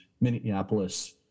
Minneapolis